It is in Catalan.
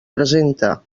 presenta